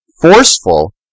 forceful